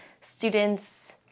students